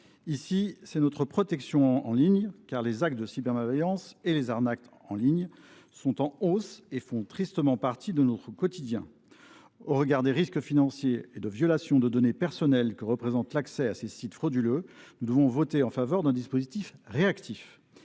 l’occurrence la protection en ligne. En effet, les actes de cybermalveillance et les arnaques sur internet sont en hausse et font tristement partie de notre quotidien. Au regard des risques financiers et de violation de données personnelles que représente l’accès à ces sites frauduleux, nous devons voter en faveur d’un dispositif réactif.